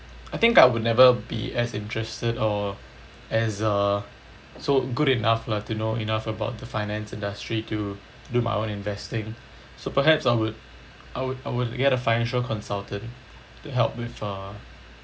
I think I would never be as interested or as uh so good enough lah to know enough about the finance industry to do my own investing so perhaps I would I would I would get a financial consultant to help with uh